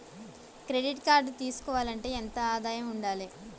Credit card తీసుకోవాలంటే ఎంత ఆదాయం ఉండాలే?